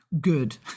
good